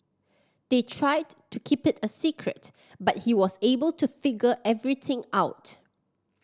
they tried to keep it a secret but he was able to figure everything out